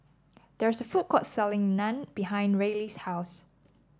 there is a food court selling Naan behind Ryley's house